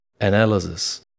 analysis